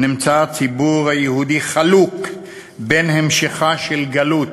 נמצא הציבור היהודי חלוק בין המשכן של גלות